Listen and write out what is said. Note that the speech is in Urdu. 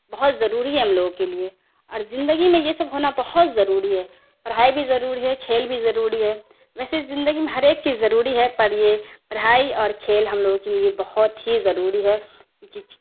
بہت ضروری ہے ہم لوگوں کے لیے اور زندگی میں یہ سب ہونا بہت ضروری ہے پڑھائی بھی ضروری ہے کھیل بھی ضروری ہے ویسے زندگی میں ہر ایک چیز ضروری ہے پڑھیے پڑھائی اور کھیل ہم لوگوں کے لیے بہت ہی ضروری ہے کیونکہ